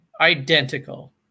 identical